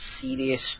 serious